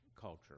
culture